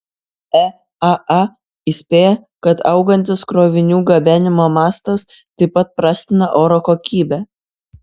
eaa įspėja kad augantis krovinių gabenimo mastas taip pat prastina oro kokybę